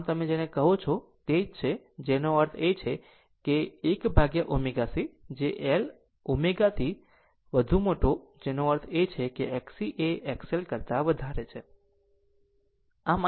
આમ તમે જેને કહો છો તે જ છે જેનો અર્થ છે કે મારો 1 upon ω c જે L ω થી વધુ મોટો જેનો અર્થ છે Xc એ XL કરતા વધારે છે